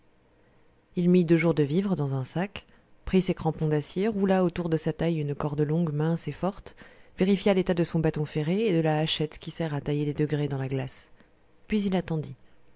il mit deux jours de vivres dans un sac prit ses crampons d'acier roula autour de sa taille une corde longue mince et forte vérifia l'état de son bâton ferré et de la hachette qui sert à tailler des degrés dans la glace puis il attendit